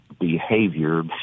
Behavior